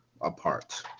apart